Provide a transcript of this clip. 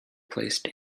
placed